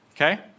okay